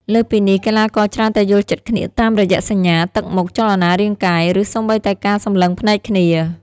លើសពីនេះ កីឡាករច្រើនតែយល់ចិត្តគ្នាតាមរយៈសញ្ញា ទឹកមុខ ចលនារាងកាយ ឬសូម្បីតែការសម្លឹងភ្នែកគ្នា។